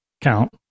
count